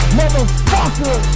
motherfucker